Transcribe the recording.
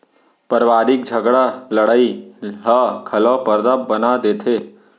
परवारिक झगरा लड़ई ह घलौ परदा बना देथे